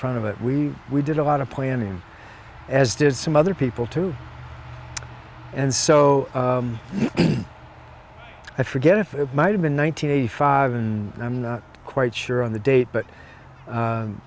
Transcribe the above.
front of it we we did a lot of planning as did some other people too and so i forget if it might have been one nine hundred eighty five and i'm not quite sure on the date but